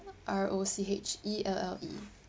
R O C H E L L E